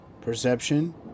perception